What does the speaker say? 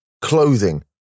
clothing